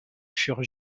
furent